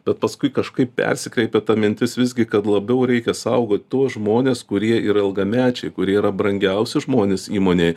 bet paskui kažkaip persikreipė ta mintis visgi kad labiau reikia saugot tuos žmones kurie yra ilgamečiai kurie yra brangiausi žmonės įmonėj